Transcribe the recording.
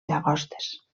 llagostes